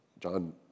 John